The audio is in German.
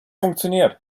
funktioniert